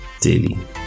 daily